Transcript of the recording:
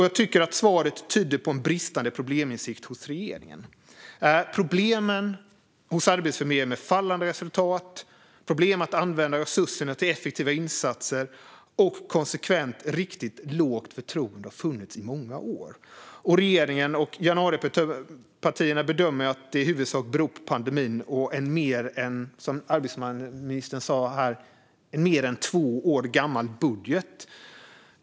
Jag tycker att svaret tyder på en bristande probleminsikt hos regeringen. Problemen hos Arbetsförmedlingen med fallande resultat, med att använda resurserna till effektiva insatser och med ett konsekvent riktigt lågt förtroende har funnits i många år. Regeringen och januaripartierna bedömer att det i huvudsak beror på pandemin och, som arbetsmarknadsministern sa här, på en mer än två år gammal budget.